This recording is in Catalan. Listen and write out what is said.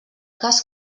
cas